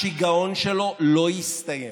השיגעון שלו לא יסתיים.